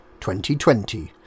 2020